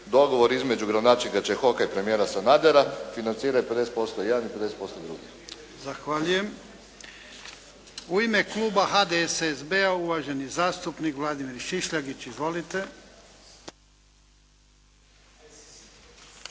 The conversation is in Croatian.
Dogovor između gradonačelnika Čehoka i premijera Sanadera financira 50% jedna i 50% drugi. **Jarnjak, Ivan (HDZ)** Zahvaljujem. U ime kluba HDSSB-a uvaženi zastupnik Vladimir Šišljagić. Izvolite.